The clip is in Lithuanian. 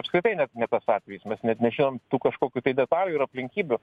apskritai ne tas atvejis mes net nežinom tų kažkokių tai detalių ir aplinkybių